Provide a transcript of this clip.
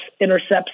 intercepts